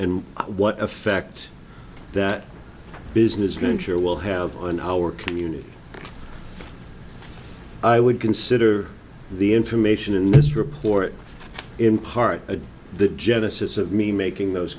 and what effect that business venture will have on our community i would consider the information in this report in part of the genesis of me making those